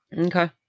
Okay